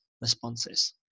responses